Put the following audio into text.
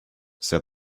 said